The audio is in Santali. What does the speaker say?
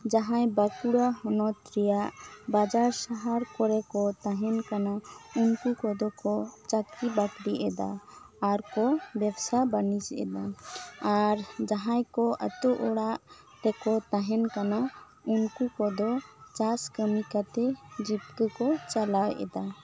ᱡᱟᱦᱟᱸᱭ ᱵᱟᱸᱠᱩᱲᱟ ᱦᱚᱱᱚᱛ ᱨᱮᱭᱟᱜ ᱵᱟᱡᱟᱨ ᱥᱚᱦᱟᱨ ᱠᱚᱨᱮ ᱠᱚ ᱛᱟᱦᱮᱱ ᱠᱟᱱᱟ ᱩᱱᱠᱩ ᱠᱚ ᱫᱚ ᱠᱚ ᱪᱟᱹᱠᱨᱤ ᱵᱟᱹᱠᱨᱤ ᱮᱫᱟ ᱟᱨ ᱠᱚ ᱵᱮᱵᱽᱥᱟ ᱵᱟᱹᱱᱤᱡᱽ ᱮᱫᱟ ᱟᱨ ᱡᱟᱦᱟᱸᱭ ᱠᱚ ᱟᱛᱳ ᱚᱲᱟᱜ ᱛᱮᱠᱚ ᱛᱟᱦᱮᱱ ᱠᱟᱱᱟ ᱩᱱᱠᱩ ᱠᱚ ᱫᱚ ᱪᱟᱥ ᱠᱟᱹᱢᱤ ᱠᱟᱛᱮ ᱡᱤᱯᱠᱟᱹ ᱠᱚ ᱪᱟᱞᱟᱣ ᱮᱫᱟ